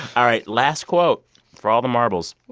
all right. last quote for all the marbles.